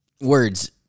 words